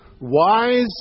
wise